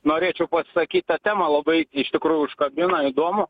norėčiau pasisakyti ta tema labai iš tikrųjų užkabino įdomu